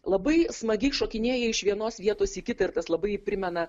labai smagiai šokinėja iš vienos vietos į kitą ir tas labai primena